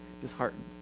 disheartened